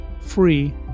free